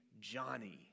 Johnny